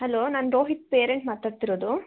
hello ನಾನು Rohit parent ಮಾತಾಡ್ತಿರೋದು